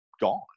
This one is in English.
gone